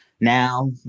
Now